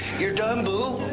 you're done, boo.